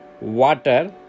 water